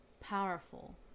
powerful